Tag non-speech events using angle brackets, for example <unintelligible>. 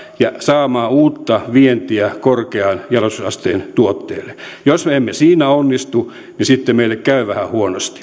ja saamaan uutta vientiä korkean jalostusasteen tuotteille jos me emme siinä onnistu niin sitten meille käy vähän huonosti <unintelligible>